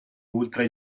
ultra